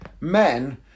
men